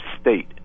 state